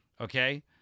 Okay